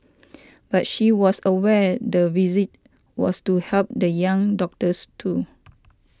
but she was aware the visit was to help the young doctors too